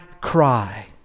cry